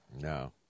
No